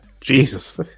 Jesus